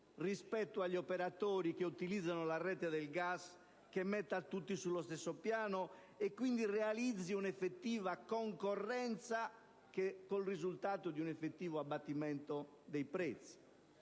rispetto agli operatori che utilizzano la rete del gas, che metta tutti sullo stesso piano e che quindi realizzi una reale concorrenza, con il risultato di un effettivo abbattimento dei prezzi.